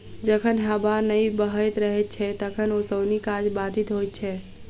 जखन हबा नै बहैत रहैत छै तखन ओसौनी काज बाधित होइत छै